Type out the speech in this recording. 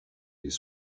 les